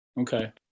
okay